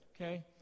okay